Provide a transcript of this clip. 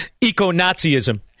eco-Nazism